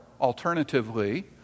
alternatively